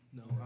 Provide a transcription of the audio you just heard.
no